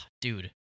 dude